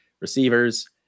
receivers